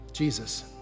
Jesus